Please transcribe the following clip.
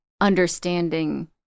understanding